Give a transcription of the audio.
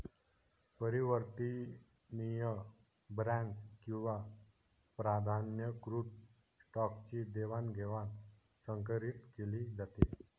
परिवर्तनीय बॉण्ड्स किंवा प्राधान्यकृत स्टॉकची देवाणघेवाण संकरीत केली जाते